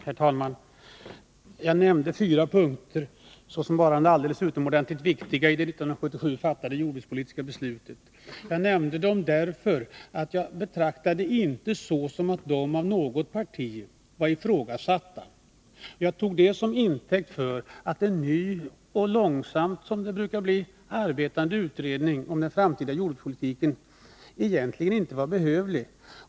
Herr talman! Jag nämnde fyra punkter såsom varande alldeles utomordentligt viktiga i det 1977 fattade jordbrukspolitiska beslutet. Jag nämnde dem därför att jag betraktar det så att de inte skulle vara ifrågasatta av något parti. Jag tog det som intäkt för att en ny och, som det brukar bli, långsamt arbetande utredning om den framtida jordbrukspolitiken egentligen inte var behövlig.